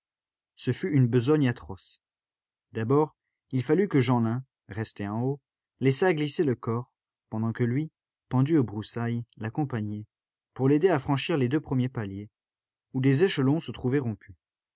ce fut une besogne atroce d'abord il fallut que jeanlin resté en haut laissât glisser le corps pendant que lui pendu aux broussailles l'accompagnait pour l'aider à franchir les deux premiers paliers où des échelons se trouvaient rompus